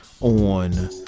on